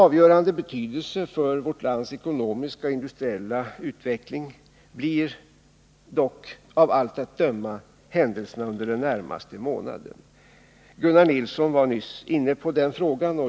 Av avgörande betydelse för vårt lands ekonomiska och industriella utveckling blir dock av allt att döma händelserna de närmaste månaderna. Gunnar Nilsson var nyss inne på den frågan.